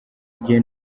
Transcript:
igiye